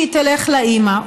שהיא תלך לאימא.